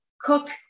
cook